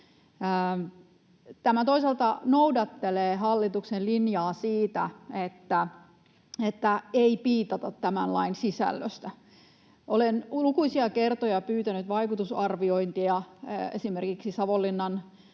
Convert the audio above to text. Tämä toisaalta noudattelee hallituksen linjaa siitä, että ei piitata tämän lain sisällöstä. Olen lukuisia kertoja pyytänyt vaikutusarviointeja esimerkiksi Savonlinnan